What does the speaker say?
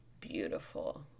beautiful